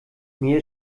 mir